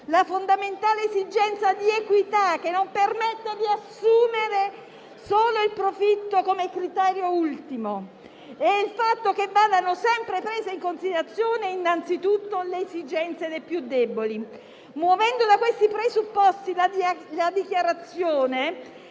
la fondamentale esigenza di equità, che non permette di assumere solo il profitto come criterio ultimo; e il fatto che vadano sempre prese in considerazione innanzitutto le esigenze dei più deboli. Muovendo da questi presupposti, la Dichiarazione